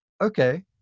okay